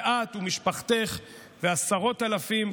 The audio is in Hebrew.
ואת ומשפחתך ועשרות אלפים,